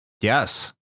Yes